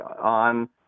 on